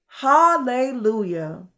Hallelujah